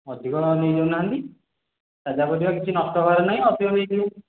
ଅଧିକ ନେଇ ଯାଉନାହାନ୍ତି ତାଜା ପରିବା କିଛି ନଷ୍ଟ ହେବାର ନାହିଁ ଅଧିକ ନେଇଯିବେ